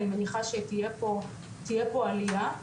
אני מניחה שתהיה פה עלייה,